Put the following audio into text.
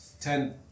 Ten